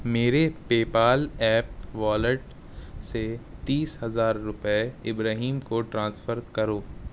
میرے PayPal app wallet سے تیس روپئے ابرہیم کو ٹرانسفر کرو